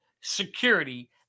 security